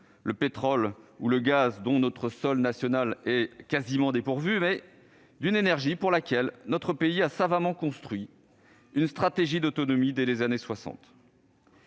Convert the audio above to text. le pétrole dont notre sol national est quasiment dépourvu, mais d'une énergie pour laquelle notre pays a savamment construit une stratégie d'autonomie dès les années 1960.